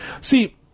See